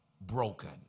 broken